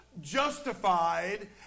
justified